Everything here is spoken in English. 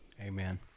Amen